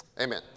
Amen